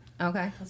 okay